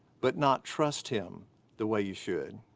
but not trust him the way you should.